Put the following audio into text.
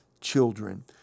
children